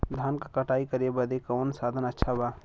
धान क कटाई करे बदे कवन साधन अच्छा बा?